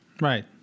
Right